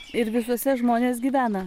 ir visuose žmonės gyvena